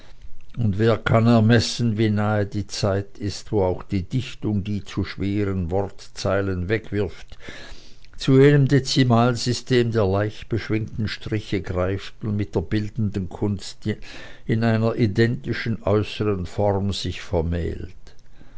und wer kann ermessen wie nahe die zeit ist wo auch die dichtung die zu schweren wortzeilen wegwirft zu jenem dezimalsystem der leichtbeschwingten striche greift und mit der bildenden kunst in einer identischen äußeren form sich vermählt